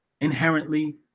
inherently